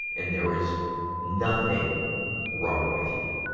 and there is nothing wrong with you.